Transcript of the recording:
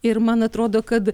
ir man atrodo kad